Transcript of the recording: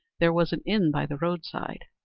there was an inn by the roadside.